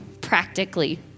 practically